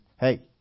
hey